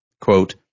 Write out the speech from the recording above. quote